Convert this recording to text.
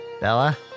Bella